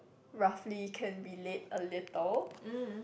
roughly can relate a little